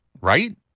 Right